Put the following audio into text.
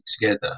together